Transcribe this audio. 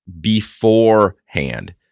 beforehand